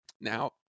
Now